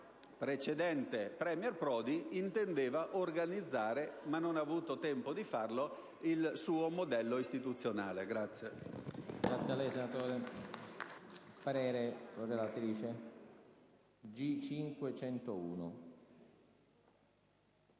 il precedente *premier* Prodi intendeva organizzare, ma non ha avuto il tempo di farlo, il suo modello istituzionale.